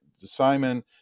simon